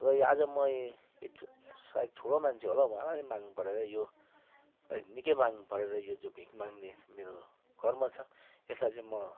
र यो आज म यही यो चाहिँ सायद ठुलो मान्छे हो मजाले माग्नुपर्यो र यो अलिक निकै माग्नुपर्यो र यो जो भिख माग्ने मेरो कर्म छ यसलाई चाहिँ म